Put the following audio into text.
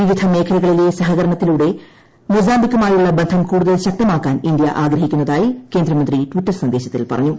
വിവിധ മേഖലകളിലെ സഹകരണത്തിലൂടെ മെസാംബിക്കുമായുള്ള ബന്ധം കൂടുതൽ ശക്തമാക്കാൻ ഇന്ത്യ ആഗ്രഹിക്കുന്നതായി കേന്ദ്രമന്ത്രി ട്വീറ്റർ സന്ദേശത്തിൽ പറഞ്ഞു